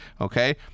okay